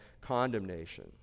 condemnation